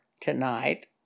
tonight